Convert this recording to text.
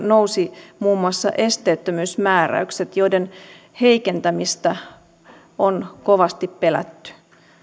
nousivat muun muassa esteettömyysmääräykset joiden heikentämistä on kovasti pelätty